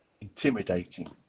intimidating